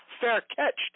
fair-catched